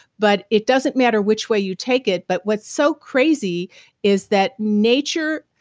but it doesn't matter which way you take it, but what's so crazy is that nature.